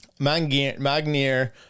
Magnier